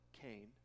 Cain